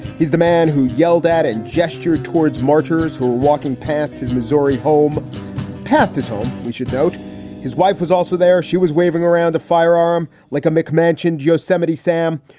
he's the man who yelled at and gestured towards marchers who were walking past his missouri home past his home we should note his wife was also there. she was waving around a firearm like a mcmansion. yosemite sam.